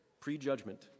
prejudgment